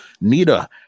Nita